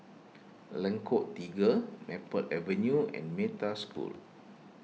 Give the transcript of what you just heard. Lengkok Tiga Maple Avenue and Metta School